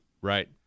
right